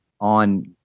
on